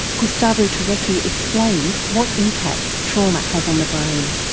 gustavo turecki explains what impact trauma has on the brain.